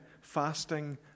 fasting